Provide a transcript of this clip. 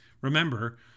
Remember